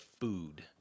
food